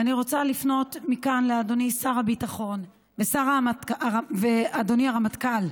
ואני רוצה לפנות מכאן לאדוני שר הביטחון ואדוני הרמטכ"ל: